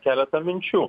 keletą minčių